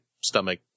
stomach